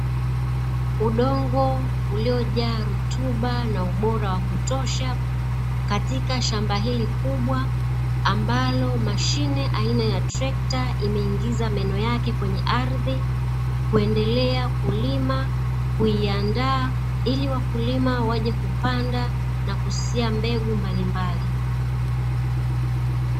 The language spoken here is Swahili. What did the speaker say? Udongo uliojaa rutuba na ubora wa kutosha katika shamba hili kubwa, ambalo mashine aina ya trekta imeingiza meno yake kwenye ardhi kuendelea kulima kuiandaa ili wakulima waje kupanda na kusia mbegu mbalimbali.